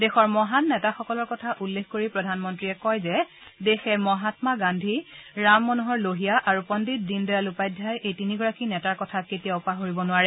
দেশৰ মহান নেতাসকলৰ কথা উল্লেখ কৰি প্ৰধানমন্ত্ৰীয়ে কয় যে দেশে মহাম্মা গান্ধী ৰাম মনোহৰ লোহিয়া আৰু পণ্ডিত দীনদয়াল উপাধ্যায় এই তিনিগৰাকী নেতাৰ কথা কেতিয়াও পাহৰিব নোৱাৰে